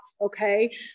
Okay